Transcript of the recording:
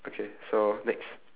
okay so next